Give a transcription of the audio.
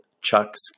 chucks